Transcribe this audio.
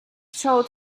throat